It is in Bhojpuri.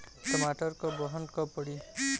टमाटर क बहन कब पड़ी?